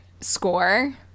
score